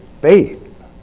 faith